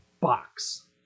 box